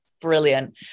Brilliant